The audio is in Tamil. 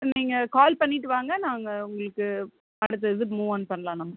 நீங்கள் கால் பண்ணிவிட்டு வாங்க நாங்க உங்களுக்கு அடுத்த இது மூவ் ஆன் பண்ணலாம் நம்ம